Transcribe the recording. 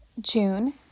June